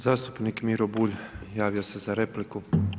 Zastupnik Miro Bulj javio se za repliku.